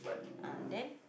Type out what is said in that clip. ah then